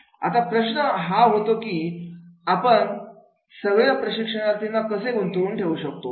आता प्रश्न हा होता की आपण सगळ्या प्रशिक्षणार्थींना कसं गुंतवून ठेवू शकतो